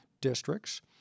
districts